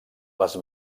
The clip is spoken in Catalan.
les